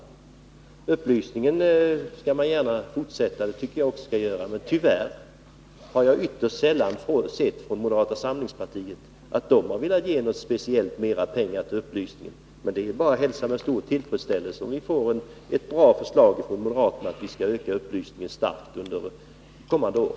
Jag tycker också att man skall fortsätta upplysningen, men tyvärr har jag ytterst sällan sett förslag från moderata samlingspartiet om att ge mera pengar till upplysning. Men det är bara att hälsa med stor tillfredsställelse om vi nu får ett bra förslag från moderaterna om att öka upplysningen kraftigt under kommande år.